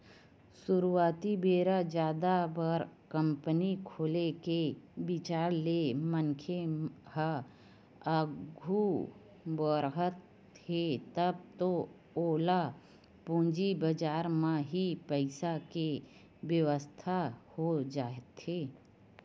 सुरुवाती बेरा जादा बड़ कंपनी खोले के बिचार ले मनखे ह आघू बड़हत हे तब तो ओला पूंजी बजार म ही पइसा के बेवस्था हो जाथे